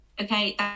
okay